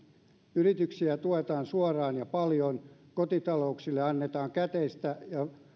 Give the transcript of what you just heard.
yrityksiä tuetaan suoraan ja paljon kotitalouksille annetaan käteistä ja